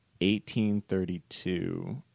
1832